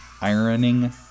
ironing